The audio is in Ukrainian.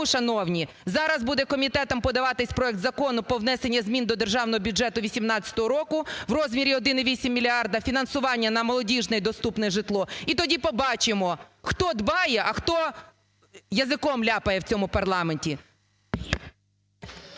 шановні, зараз буде комітетом подаватися проект Закону про внесення змін до Державного бюджету 18-го року в розмірі 1,8 мільярда фінансування на молодіжне і доступне житло, і тоді побачимо, хто дбає, а хто язиком ляпає в цьому парламенті.